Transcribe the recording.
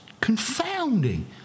confounding